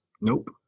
Nope